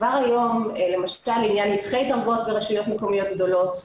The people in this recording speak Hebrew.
כבר היום למשל לעניין מתחי דרגות ברשויות מקומיות גדולות,